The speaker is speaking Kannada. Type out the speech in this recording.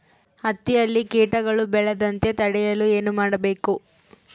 ಹತ್ತಿಯಲ್ಲಿ ಕೇಟಗಳು ಬೇಳದಂತೆ ತಡೆಯಲು ಏನು ಮಾಡಬೇಕು?